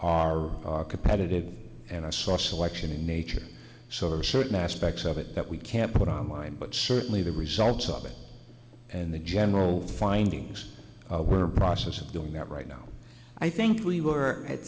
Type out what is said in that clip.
means are competitive and i saw selection in nature so there are certain aspects of it that we can't put on line but certainly the results of it and the general findings we're process of doing that right now i think we were at